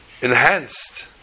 enhanced